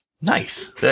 Nice